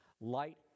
light